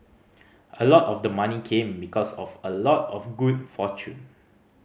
a lot of the money came because of a lot of good fortune